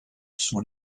sont